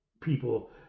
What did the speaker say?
people